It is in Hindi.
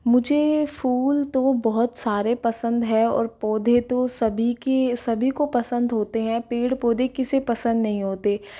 मुझे फूल तो बहुत सारे पसंद है और पौधे तो सभी की सभी को पसंद होते हैं पेड़ पौधे किसे पसंद नहीं होते